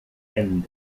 end